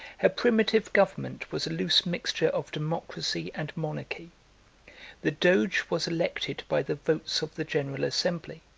her primitive government was a loose mixture of democracy and monarchy the doge was elected by the votes of the general assembly